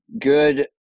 good